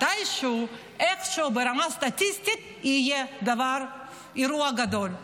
מתישהו, איכשהו ברמה סטטיסטית יהיה אירוע גדול,